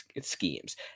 schemes